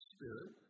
Spirit